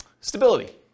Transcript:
stability